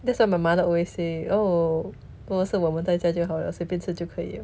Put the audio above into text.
that's why my mother always say oh 如果是我们在家就好了随便吃就以了